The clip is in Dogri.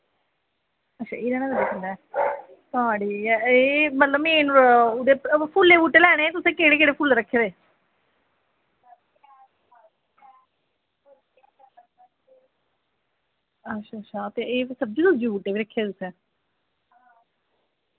अच्छा तां ठीक ऐ एह् फुल्लें दे बूह्टे लैनें हे तुसें केह्ड़े केह्ड़े फुल्लें दे बूह्टे रक्खे दे अच्छा ता सब्जियां सुब्जियें दे बूह्टे बी रक्खे दे तुसैं